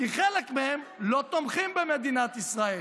כי חלק מהם לא תומכים במדינת ישראל,